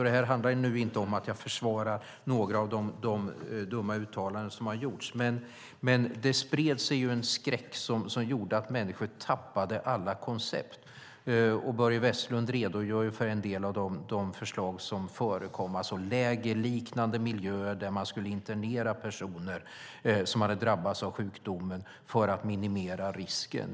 Det här handlar inte om jag försvarar några av de dumma uttalanden som har gjorts. Det spreds en skräck som gjorde att människor tappade alla koncept. Börje Vestlund redogjorde för en del av de förslag som förekom, till exempel lägerliknande miljöer där man skulle internera personer som hade drabbats av sjukdomen för att minimera risken.